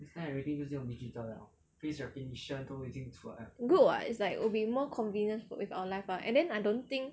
good what is like it will be more convenient for in our life what and then I don't think